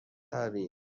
طبیعی